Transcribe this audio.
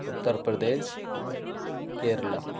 Uttar Pradesh Kerala